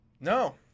No